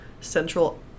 central